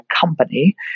company